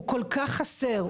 הוא כל כך חסר,